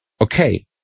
okay